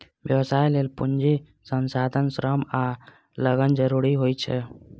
व्यवसाय लेल पूंजी, संसाधन, श्रम आ लगन जरूरी होइ छै